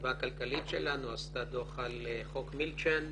החטיבה הכלכלית שלנו עשתה דוח על חוק מילצ'ן,